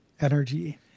energy